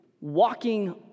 walking